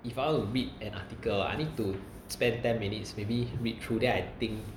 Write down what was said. if I want to read an article I need to spend ten minutes maybe read through then I think